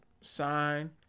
sign